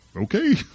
okay